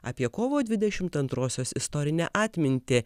apie kovo dvidešimt antrosios istorinę atmintį